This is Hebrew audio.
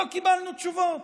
ולא קיבלנו תשובות,